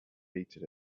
repeated